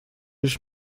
ich